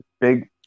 big